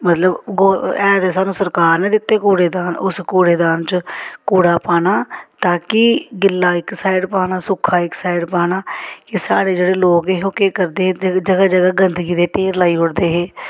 मतलब ऐ ते सानूं सरकार ने दित्ते कूड़े दान उस कूड़े दान च कूड़ा पाना ताकि गिल्ला इक साइड पाना सुक्का इक साइड पाना कि साढ़े जेह्ड़े लोक हे ओह् केह् करदे हे जगह जगह् गंदगी दे ढेर लाई ओड़दे हे